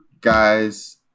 guys